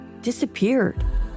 disappeared